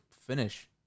finish